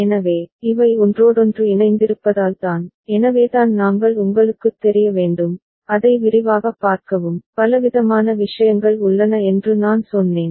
எனவே இவை ஒன்றோடொன்று இணைந்திருப்பதால் தான் எனவேதான் நாங்கள் உங்களுக்குத் தெரிய வேண்டும் அதை விரிவாகப் பார்க்கவும் பலவிதமான விஷயங்கள் உள்ளன என்று நான் சொன்னேன்